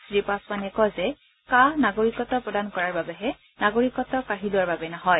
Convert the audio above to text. শ্ৰীপাছোৱানে কয় যে কা নাগৰিকত্ব প্ৰদান কৰাৰ বাবেহে নাগৰিকত্ব কাঢ়ি লোৱাৰ বাবে নহয়